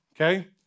okay